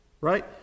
Right